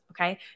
Okay